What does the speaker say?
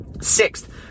Sixth